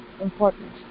important